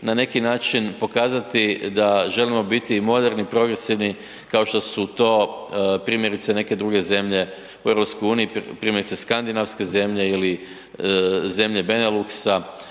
na neki način pokazati da želimo biti moderni, progresivni kao što su to primjerice neke druge zemlje u EU, primjerice Skandinavske zemlje ili zemlje Beneluxa